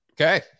Okay